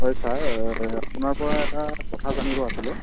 হয় ছাৰ আপোনাৰ পৰা এটা কথা জানিব আছিলে